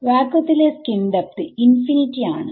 വാക്വത്തിലെ skin depth infinity ആണ്